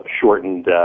shortened